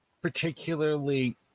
particularly